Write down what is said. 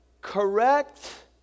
Correct